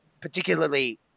particularly